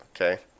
Okay